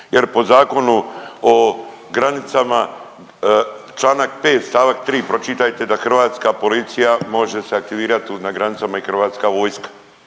jer po Zakonu o granicama članak 5. stavak 3. pročitajte da hrvatska policija može se aktivirati na granicama i hrvatska vojska.